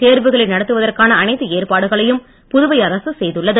தேர்வுகளை நடத்துவதற்கான அனைத்து ஏற்பாடுகளையும் புதுவை அரசு செய்துள்ளது